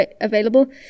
available